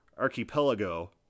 Archipelago